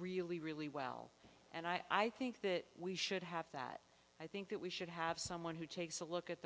really really well and i think that we should have that i think that we should have someone who takes a look at